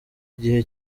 igihe